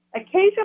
occasionally